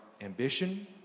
ambition